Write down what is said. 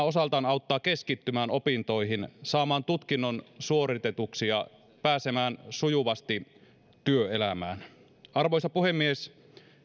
osaltaan auttaa keskittymään opintoihin saamaan tutkinnon suoritetuksi ja pääsemään sujuvasti työelämään arvoisa puhemies